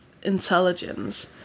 intelligence